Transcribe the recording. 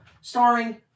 starring